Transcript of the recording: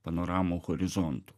panoramų horizontų